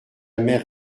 mère